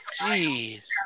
Jeez